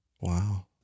Wow